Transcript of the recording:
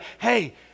hey